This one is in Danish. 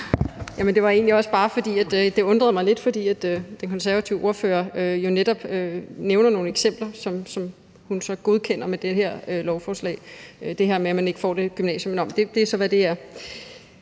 det undrede mig lidt, fordi den konservative ordfører jo netop nævner nogle eksempler, som hun så godkender med det her lovforslag – altså, det her med, at man ikke får det gymnasium ... Nå, det er så, hvad det er.